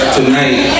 tonight